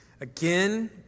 Again